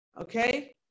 Okay